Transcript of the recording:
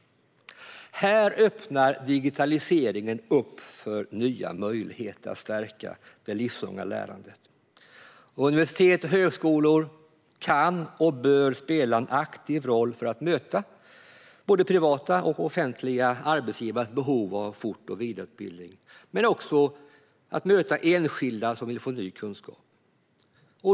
Digitaliseringen öppnar nya möjligheter att stärka det livslånga lärandet. Universitet och högskolor kan och bör spela en aktiv roll för att möta både privata och offentliga arbetsgivares behov av fort och vidareutbildning men också möta enskilda som vill få ny kunskap.